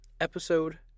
Episode